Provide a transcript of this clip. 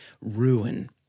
ruin